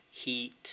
heat